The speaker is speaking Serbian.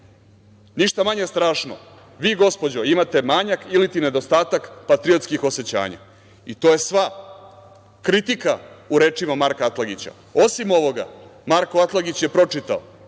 Ništa manje strašno, vi gospođo imate manjak ili ti nedostatak patriotskih osećanja. To je sva kritika u rečima Marka Atlagića. Osim ovoga Marko Atlagić je pročitao